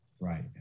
right